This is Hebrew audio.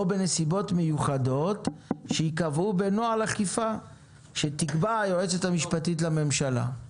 או בנסיבות מיוחדות שייקבעו בנוהל אכיפה שתקבע היועצת המשפטית לממשלה.